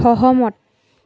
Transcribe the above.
সহমত